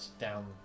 down